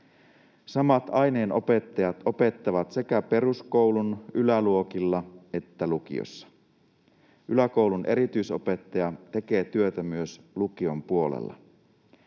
Samat aineenopettajat opettavat sekä peruskoulun yläluokilla että lukiossa. Yläkoulun erityisopettaja tekee työtä myös lukion puolella.